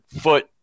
foot